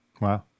Wow